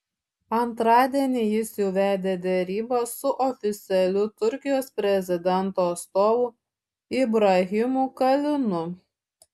antradienį jis jau vedė derybas su oficialiu turkijos prezidento atstovu ibrahimu kalinu